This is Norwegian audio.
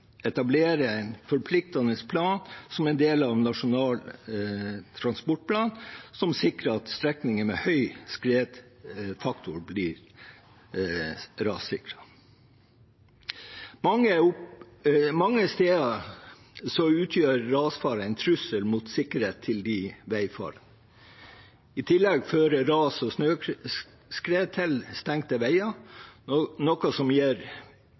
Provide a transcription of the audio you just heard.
etablere en forpliktende plan som en del av Nasjonal transportplan som sikrer at strekninger med høy skredfaktor blir rassikret. Mange steder utgjør rasfare en trussel mot sikkerheten til de veifarende. I tillegg fører ras og snøskred til stengte veier, noe som